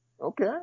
Okay